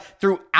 throughout